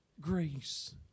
grace